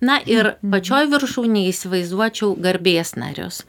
na ir pačioj viršūnėj įsivaizduočiau garbės narius